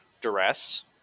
duress